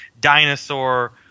dinosaur